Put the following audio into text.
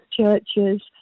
churches